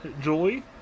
Julie